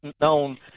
known